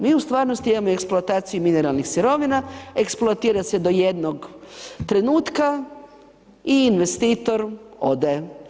Mi u stvarnosti imamo eksploataciju mineralnih sirovina, eksploatira se do jednog trenutka i investitor ode.